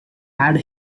had